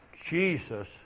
Jesus